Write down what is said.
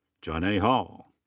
johnay hall.